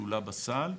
כלולה בסל,